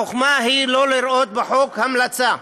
החוכמה היא לא לראות בחוק המלצה,